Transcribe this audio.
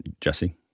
Jesse